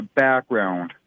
background